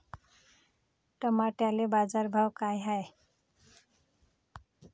टमाट्याले बाजारभाव काय हाय?